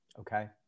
okay